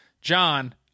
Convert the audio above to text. John